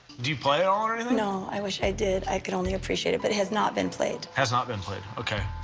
do you play at all or anything? no, i wish i did. i could only appreciate it. but it has not been played. has not been played, ok.